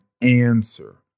answer